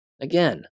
Again